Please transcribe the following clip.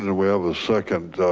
and we have a second.